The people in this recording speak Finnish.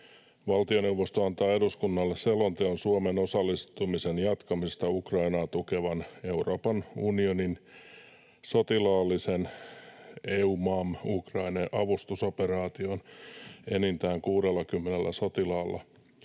Valtioneuvosto antaa eduskunnalle selonteon Suomen osallistumisen jatkamisesta Ukrainaa tukevaan Euroopan unionin sotilaallisen EUMAM Ukraine -avustusoperaatioon enintään 60 sotilaalla